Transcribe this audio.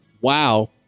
wow